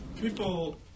people